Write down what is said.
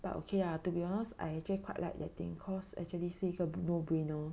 but okay lah to be honest I actually quite like that thing cause actually 是个 no brainer